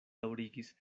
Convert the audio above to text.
daŭrigis